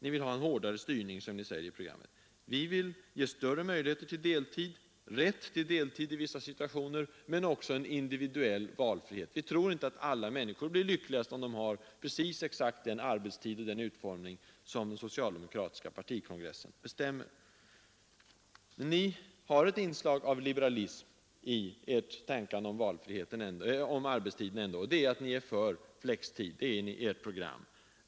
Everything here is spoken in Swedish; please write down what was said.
Ni vill ha en hårdare styrning, som ni säger i programmet. Vi vill ge större möjligheter till deltid, rätt till deltid i vissa situationer, men också en individuell valfrihet. Vi tror inte att alla människor blir lyckligast, om de har exakt den arbetstid som den socialdemokratiska partikongressen bestämmer. Ni har ett inslag av liberalism i ert tänkande om arbetstiden ändå, och det är att ni i ert program är för flextid.